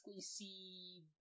see